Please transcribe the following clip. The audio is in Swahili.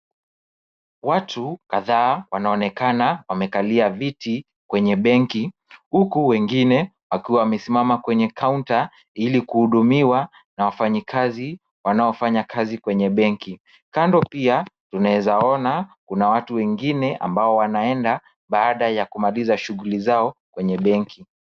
Watu kadhaa wanaonekana wamekalia viti kwenye benki, huku wengine wakiwa wamesimama kwenye kaunta ili kuhudumiwa na wafanyikazi wanaofanya kazi kwenye benki. Kando pia tunaweza ona kuna watu wengine ambao wanaenda baada ya kumaliza shughuli zao kwenye benki.